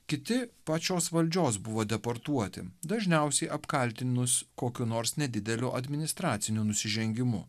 kiti pačios valdžios buvo deportuoti dažniausiai apkaltinus kokiu nors nedideliu administraciniu nusižengimu